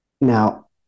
now